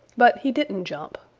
but he didn't jump,